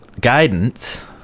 guidance